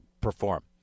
perform